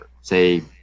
Say